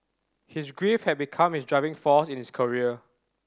his grief had become his driving force in his career